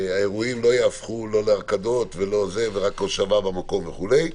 שהאירועים לא יהפכו להרקדות אלא רק הושבה במקום וכולי.